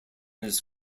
his